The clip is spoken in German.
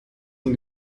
dem